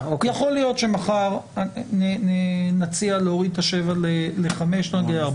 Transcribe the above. יכול להיות שמחר נציע להוריד את ה-7 ל-5 או ל-4.